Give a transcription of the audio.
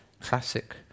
classic